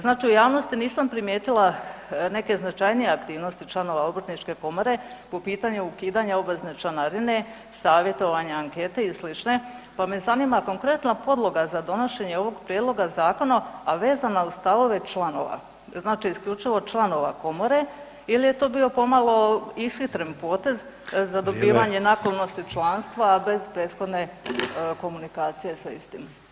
Znači u javnosti nisam primijetila neke značajnije aktivnosti članova obrtničke komore po pitanju ukidanja obvezne članarine, savjetovanja, ankete i slične, pa me zanima konkretna podloga za donošenje ovog prijedloga zakona, a vezana uz stavove članova, znači isključivo članova komora il je to bio pomalo ishitren potez [[Upadica: Vrijeme]] za dobivanje naklonosti članstva bez prethodne komunikacije sa istim.